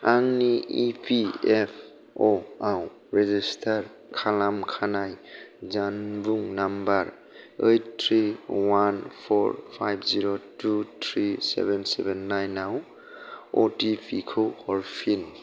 आंनि E P F अ' आव रेजिस्टार खालामखानाय जानबुं number eight three one four five zero two three seven seven nine आव अ टि पि खौ हरफिन